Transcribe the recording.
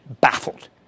baffled